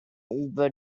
über